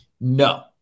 No